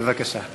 בבקשה.